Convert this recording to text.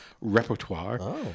repertoire